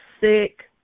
sick